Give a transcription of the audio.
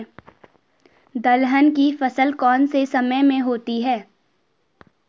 दलहन की फसल कौन से समय में होती है?